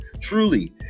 truly